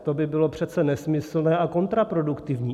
To by bylo přece nesmyslné a kontraproduktivní.